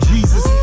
Jesus